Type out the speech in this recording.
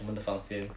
我们的房间